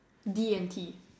D and T